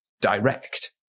direct